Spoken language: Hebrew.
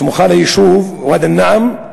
הסמוכה ליישוב ואדי-אל-נעם,